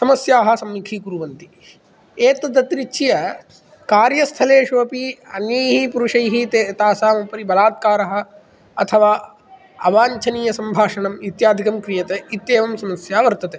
समस्याः सम्मुखीकुर्वन्ति एतदतिरिच्य कार्यस्थलेषु अपि अन्यैः पुरुषैः ते तासाम् उपरि बलात्कारः अथवा अवाञ्छनीयसम्भाषणम् इत्यादिकं क्रियते इत्येवं समस्या वर्तते